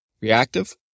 reactive